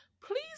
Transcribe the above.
please